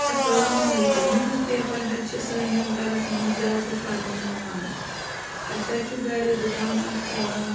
اَسَلامُ علیکُم news paper حظ چھِ سٲنِس گَرَس منٛز زیادٕ پَرنہٕ یِوان اَسہِ حظ چھُ گَرِ دُکان اَکھ چلان